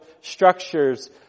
structures